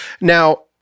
Now